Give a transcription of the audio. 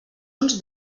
uns